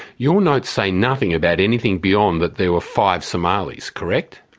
your notes say nothing about anything beyond that there were five somalis, correct?